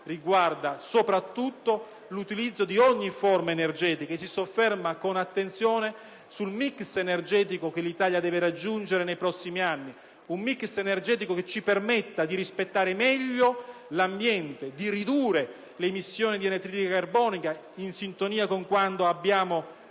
ma soprattutto l'uso di ogni forma energetica, e si sofferma con attenzione sul *mix* energetico che l'Italia deve raggiungere nei prossimi anni; un *mix* che ci permetta di rispettare meglio l'ambiente, di ridurre le emissioni di anidride carbonica in sintonia con gli